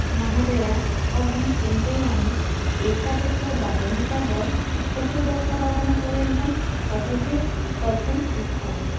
महोदये अहं चिन्तयामि एकादशवादनतः चतुर्दशवादनपर्यन्तं फ़ोटोशूट् कर्तुम् इच्छामि